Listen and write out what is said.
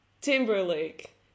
Timberlake